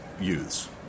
youths